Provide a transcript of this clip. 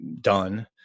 done